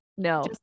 No